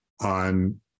on